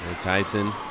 Tyson